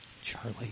Charlie